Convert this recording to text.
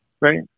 right